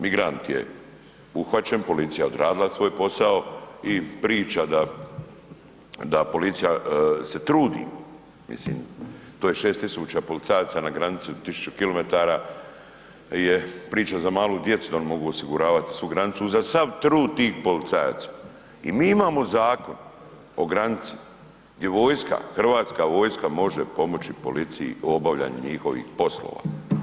Migrant je uhvaćen, policija je odradila svoj posao i priča da da policija se trudi, mislim, to je 6 tisuća policajaca na granici, 1000 km je priča za malu djecu da oni mogu osiguravati svu granicu uza sav trud tih policajaca i mi imamo Zakon o granici gdje vojska, Hrvatska vojska može pomoći policiji u obavljanju njihovih poslova.